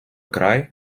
край